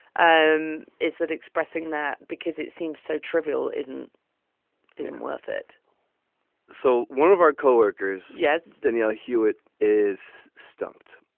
um is that expressing that? because it seems so trivial isn't isn't worth it so one of our co-workers. yes. danielle hewitt is stumped.